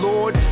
Lord